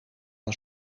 een